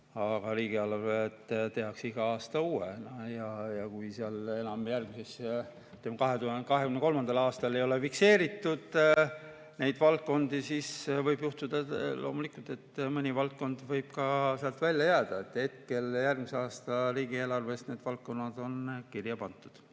Aga riigieelarvet tehakse igal aastal ja kui seal järgmises, 2023. aasta eelarves ei ole fikseeritud neid valdkondi, siis võib juhtuda loomulikult, et mõni valdkond võib sealt välja jääda. Järgmise aasta riigieelarves on need valdkonnad kirja pandud.